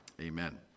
Amen